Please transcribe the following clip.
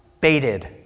baited